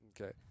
Okay